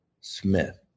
Smith